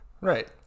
Right